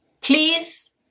Please